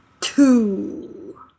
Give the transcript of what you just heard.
two